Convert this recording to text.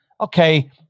Okay